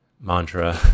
mantra